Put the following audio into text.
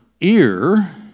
ear